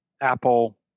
Apple